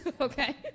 okay